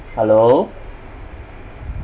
hello